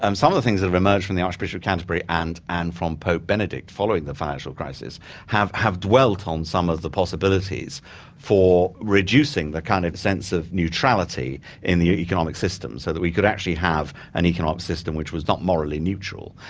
um some of the things that have emerged from the archbishop of canterbury and and from pope benedict following the financial crisis have have dwelt on some of the possibilities for reducing the, kind of, sense of neutrality in the economic system so that we could actually have an economic system which was not morally neutral.